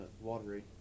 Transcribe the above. Watery